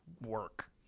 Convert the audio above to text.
work